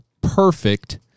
perfect